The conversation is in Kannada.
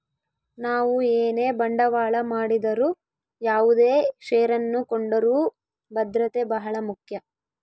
ನಾವು ಏನೇ ಬಂಡವಾಳ ಮಾಡಿದರು ಯಾವುದೇ ಷೇರನ್ನು ಕೊಂಡರೂ ಭದ್ರತೆ ಬಹಳ ಮುಖ್ಯ